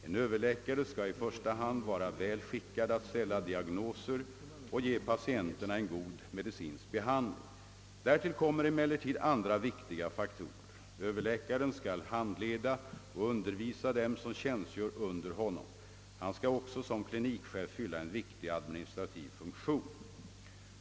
En överläkare skall i första hand vara väl skickad att ställa diagnoser och ge patienterna en god medicinsk behandling. Därtill kommer emellertid andra viktiga faktorer. Överläkaren skall handleda och undervisa dem som tjänstgör under honom. Han skall också som klinikchef fylla en viktig administrativ funktion.